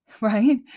right